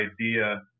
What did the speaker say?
idea